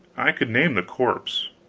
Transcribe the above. i could name the corpse.